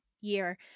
year